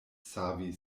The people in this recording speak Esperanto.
savi